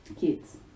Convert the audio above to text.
kids